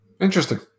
Interesting